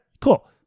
Cool